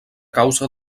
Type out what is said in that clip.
causa